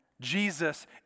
Jesus